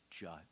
judge